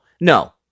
no